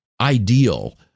ideal